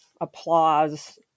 applause